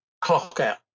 clock-out